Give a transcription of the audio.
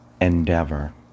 endeavor